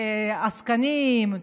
לעסקנים,